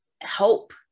help